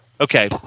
Okay